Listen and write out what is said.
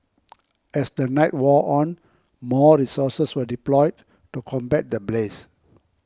as the night wore on more resources were deployed to combat the blaze